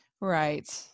right